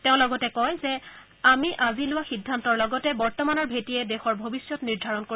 তেওঁ লগতে কয় যে আমি আজি লোৱা সিদ্ধান্তৰ লগতে বৰ্তমানৰ ভেটিয়ে দেশৰ ভৱিষ্যৎ নিৰ্ধাৰণ কৰিব